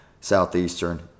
Southeastern